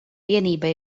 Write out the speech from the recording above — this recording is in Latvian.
vienība